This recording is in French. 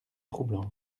troublante